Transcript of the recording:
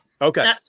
Okay